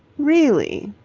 really?